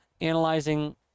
analyzing